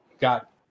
got